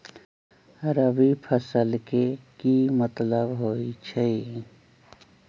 रबी फसल के की मतलब होई छई?